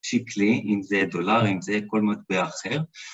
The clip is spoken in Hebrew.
‫שקלי, אם זה דולרי, אם זה כל מטבע אחר.